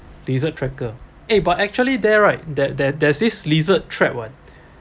lizard tracker eh but actually there right that that there's this lizard trap [what]